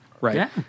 Right